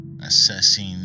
assessing